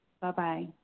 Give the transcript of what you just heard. Bye-bye